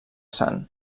sant